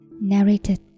Narrated